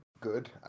good